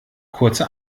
kurze